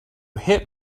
hit